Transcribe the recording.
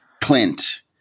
Clint